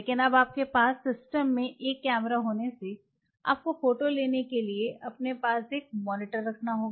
लेकिन अब आपके पास सिस्टम में एक कैमरा होने से आपको फोटो लेने के लिए अपने पास एक मॉनिटर रखना होगा